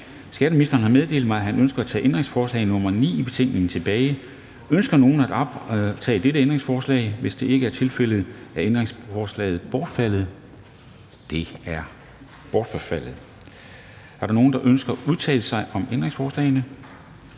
Skatteministeren har meddelt mig, at han ønsker at tage ændringsforslag nr. 9 i betænkningen tilbage. Ønsker nogen at optage dette ændringsforslag? Hvis det ikke er tilfældet, er ændringsforslaget bortfaldet. Det er bortfaldet. Er der nogen, der ønsker at udtale sig om ændringsforslagene?